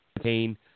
Pain